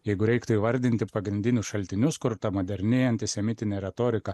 jeigu reiktų įvardinti pagrindinius šaltinius kur ta moderni antisemitinė retorika